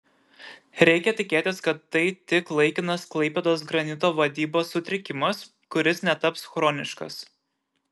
reikia tikėtis kad tai tik laikinas klaipėdos granito vadybos sutrikimas kuris netaps chroniškas